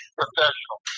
professional